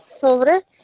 ¿Sobre